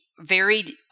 varied